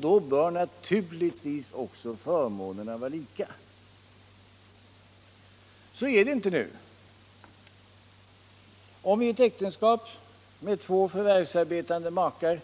Då bör naturligtvis också förmånerna vara lika. Så är det inte nu. Om i ett äktenskap med två förvärvsarbetande makar